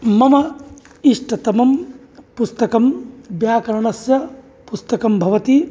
मम इष्टतमं पुस्तकं व्याकरणस्य पुस्तकं भवति